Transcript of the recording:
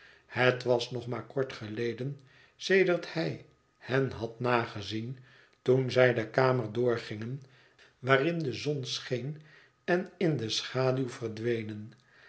het was nog maar kort geleden sedert hij hen had nagezien toen zij de kamer doorgingen waarin de zon scheen en in de schaduw verdwenen